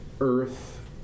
Earth